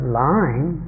lying